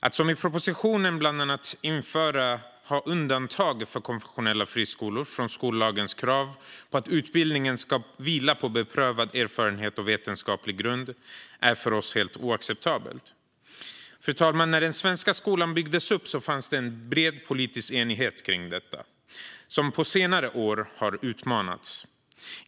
Att som det föreslås i propositionen ha undantag för konfessionella friskolor från skollagens krav på att utbildningen ska vila på beprövad erfarenhet och vetenskaplig grund är för oss helt oacceptabelt. Fru talman! När den svenska skolan byggdes upp fanns det en bred politisk enighet om detta. På senare år har den utmanats.